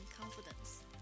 confidence